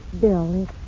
bill